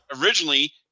originally